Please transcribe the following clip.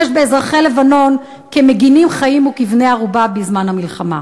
באזרחי לבנון כמגינים חיים וכבני-ערובה בזמן המלחמה.